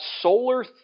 Solar